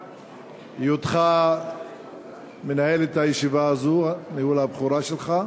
להיותך מנהל את הישיבה הזו, ניהול הבכורה שלך.